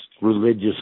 religious